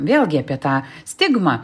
vėlgi apie tą stigmą